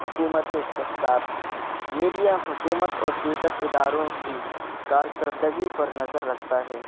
حکومتی احتساب میڈیا حکومت اور دیگر اداروں کی کارکردگی پر نظر رکھتا ہے